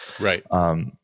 Right